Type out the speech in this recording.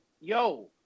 yo